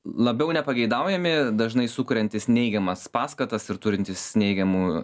labiau nepageidaujami dažnai sukuriantys neigiamas paskatas ir turintys neigiamų